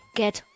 get